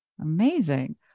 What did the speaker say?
Amazing